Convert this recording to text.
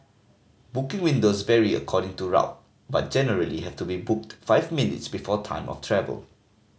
booking windows vary according to route but generally have to be booked five minutes before time of travel